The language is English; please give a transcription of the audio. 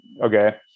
okay